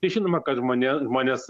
tai žinoma kad žmone žmonės